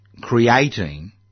creating